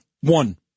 One